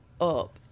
up